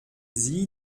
sie